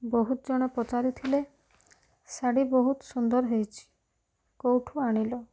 ବହୁତ ଜଣ ପଚାରିଥିଲେ ଶାଢ଼ୀ ବହୁତ ସୁନ୍ଦର ହେଇଛି କେଉଁଠୁ ଆଣିଲ